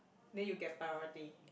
then you get priority